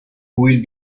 will